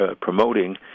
promoting